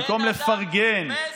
במקום לפרגן,